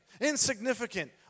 Insignificant